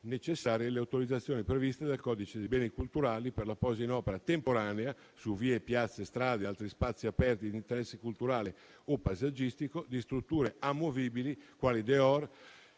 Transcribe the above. necessarie le autorizzazioni previste dal codice dei beni culturali per la posa in opera temporanea su vie, piazze, strade e altri spazi aperti di interesse culturale o paesaggistico, di strutture amovibili, quali